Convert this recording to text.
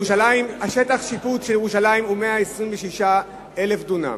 שטח השיפוט של ירושלים הוא 126,000 דונם.